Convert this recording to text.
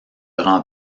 rend